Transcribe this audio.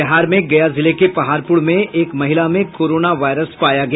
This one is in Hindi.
बिहार में गया जिले के पहाड़पुर में एक महिला में कोरोना वायरस पाया गया